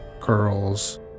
curls